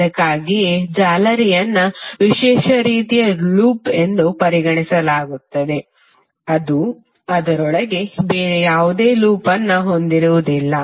ಅದಕ್ಕಾಗಿಯೇ ಜಾಲರಿಯನ್ನು ವಿಶೇಷ ರೀತಿಯ ಲೂಪ್ ಎಂದು ಪರಿಗಣಿಸಲಾಗುತ್ತದೆ ಅದು ಅದರೊಳಗೆ ಬೇರೆ ಯಾವುದೇ ಲೂಪ್ ಅನ್ನು ಹೊಂದಿರುವುದಿಲ್ಲ